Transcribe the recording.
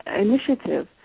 initiative